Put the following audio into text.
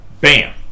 Bam